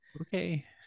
Okay